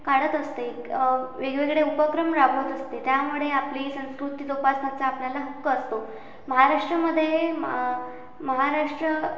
काढत असते वेगवेगळे उपक्रम राबवत असते त्यामुळे आपली संस्कृती जोपासनाचा आपल्याला हक्क असतो महाराष्ट्रमध्ये मा महाराष्ट्र